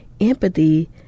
empathy